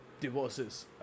divorces